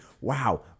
wow